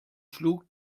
schlug